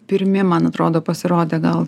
pirmi man atrodo pasirodę gal